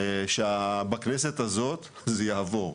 שבכנסת הזאת זה יעבור,